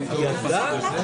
הוא מתנהל ברמה